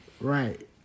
Right